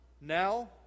now